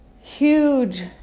huge